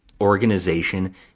organization